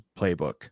playbook